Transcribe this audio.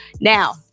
now